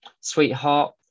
sweetheart